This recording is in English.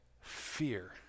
fear